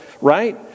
right